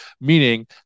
meaning